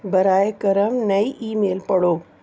برائے کرم نئی ای میل پڑھو